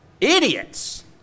idiots